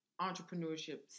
entrepreneurship